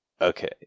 Okay